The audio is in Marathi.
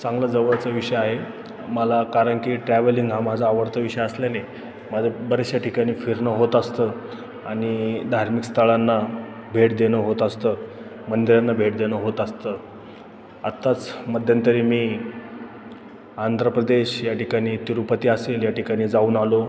चांगला जवळचा विषय आहे मला कारण की ट्रॅव्हलिंग हा माझा आवडता विषय असल्याने माझं बऱ्याचश्या ठिकाणी फिरणं होत असतं आणि धार्मिक स्थळांना भेट देणं होत असतं मंदिरांना भेट देणं होत असतं आत्ताच मध्यंतरी मी आंध्र प्रदेश या ठिकाणी तिरुपती असेल या ठिकाणी जाऊन आलो